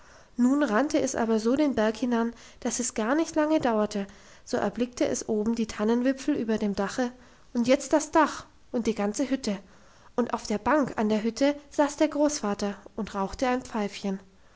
nun rannte es aber so den berg hinan dass es gar nicht lange dauerte so erblickte es oben die tannenwipfel über dem dache und jetzt das dach und die ganze hütte und auf der bank an der hütte saß der großvater und rauchte sein pfeifchen